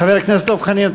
חבר הכנסת דב חנין,